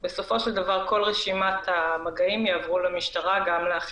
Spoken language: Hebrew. בשלב הראשון נתנו את ההזדמנות לאנשים להירשם בעצמם,